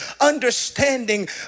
understanding